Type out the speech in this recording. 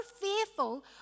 fearful